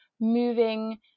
moving